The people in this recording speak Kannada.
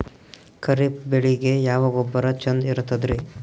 ಖರೀಪ್ ಬೇಳಿಗೆ ಯಾವ ಗೊಬ್ಬರ ಚಂದ್ ಇರತದ್ರಿ?